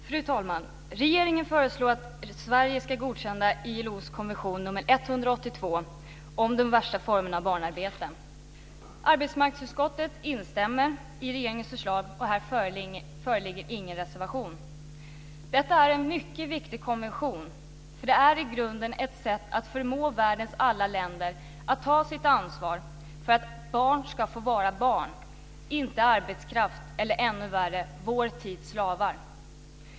Fru talman! Regeringen föreslår att Sverige ska godkänna ILO:s konvention 182 om de värsta formerna av barnarbete. Arbetsmarknadsutskottet instämmer i regeringens förslag. Här föreligger ingen reservation. Detta är en mycket viktig konvention, för det här är i grunden ett sätt att förmå världens alla länder att ta sitt ansvar för att barn ska få vara barn, inte arbetskraft - eller, vad som är ännu värre, vår tids slavar.